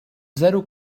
zero